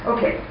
Okay